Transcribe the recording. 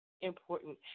important